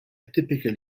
typical